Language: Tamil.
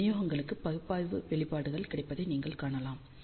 இந்த விநியோகங்களுக்கு பகுப்பாய்வு வெளிப்பாடுகள் கிடைப்பதை நீங்கள் காணலாம்